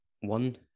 one